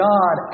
God